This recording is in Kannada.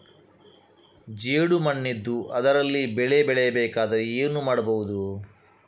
ಜೇಡು ಮಣ್ಣಿದ್ದು ಅದರಲ್ಲಿ ಬೆಳೆ ಬೆಳೆಯಬೇಕಾದರೆ ಏನು ಮಾಡ್ಬಹುದು?